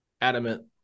adamant